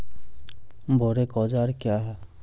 बोरेक औजार क्या हैं?